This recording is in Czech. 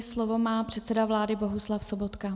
Slovo má předseda vlády Bohuslav Sobotka.